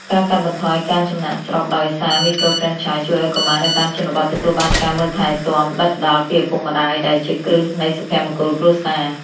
ការកាត់បន្ថយការចំណាកស្រុកដោយសារមីក្រូហ្វ្រេនឆាយ ជួយឱ្យកុមារនៅតាមជនបទទទួលបានការមើលថែទាំដិតដល់ពីឪពុកម្ដាយ ដែលជាគ្រឹះនៃសុភមង្គលគ្រួសារ។